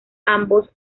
ambos